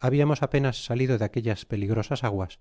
hablamos apenas salido de aquellas peligrosas aguas